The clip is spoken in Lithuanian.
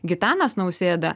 gitanas nausėda